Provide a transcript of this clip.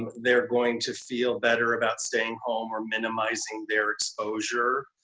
they're going to feel better about staying home or minimizing their exposure.